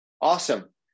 awesome